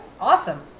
Awesome